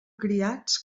criats